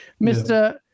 Mr